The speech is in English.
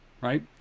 right